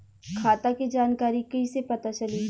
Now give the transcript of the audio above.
खाता के जानकारी कइसे पता चली?